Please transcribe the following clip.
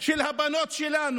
של הבנות שלנו,